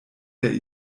der